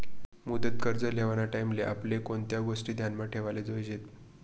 मुदत कर्ज लेवाना टाईमले आपले कोणत्या गोष्टी ध्यानमा ठेवाले जोयजेत